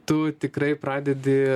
tu tikrai pradedi